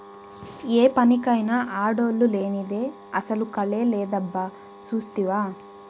ఏ పనికైనా ఆడోల్లు లేనిదే అసల కళే లేదబ్బా సూస్తివా